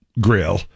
grill